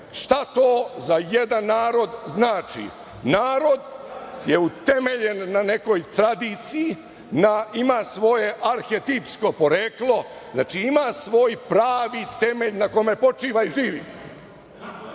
šta to za jedan narod znači. Narod je utemeljen na nekoj tradiciji, ima svoje arhetipsko poreklo, znači ima svoj pravi temelj na kojem počiva i živi. Prema